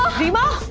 reema,